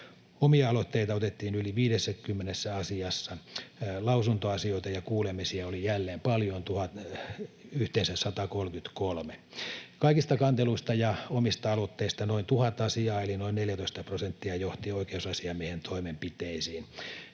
Omia aloitteita otettiin yli 50 asiassa. Lausuntoasioita ja kuulemisia oli jälleen paljon, yhteensä 133. Kaikista kanteluista ja omista aloitteista noin tuhat asiaa, eli noin 14 prosenttia, johti oikeusasiamiehen toimenpiteisiin.